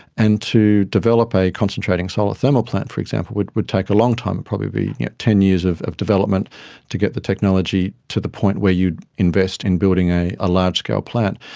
and to develop a concentrating solar thermal plant for example would would take a long time and probably be ten years of of development to get the technology to the point where you invest in building a a large scale plant.